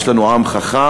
יש לנו עם חכם,